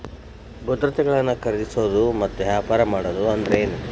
ಭದ್ರತೆಗಳನ್ನ ಖರೇದಿಸೋದು ಮತ್ತ ವ್ಯಾಪಾರ ಮಾಡೋದ್ ಅಂದ್ರೆನ